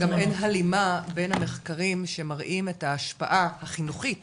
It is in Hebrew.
גם אין הלימה בין המחקרים שמראים את ההשפעה החינוכית